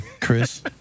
Chris